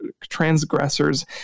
transgressors